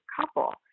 couple